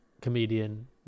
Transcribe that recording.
comedian